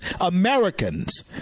Americans